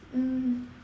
mmhmm